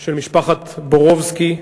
של משפחת בורובסקי,